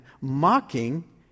mocking